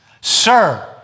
Sir